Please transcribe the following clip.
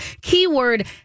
Keyword